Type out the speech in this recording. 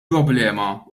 problema